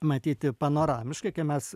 matyti panoramiškai kai mes